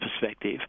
perspective